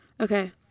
okay